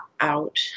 out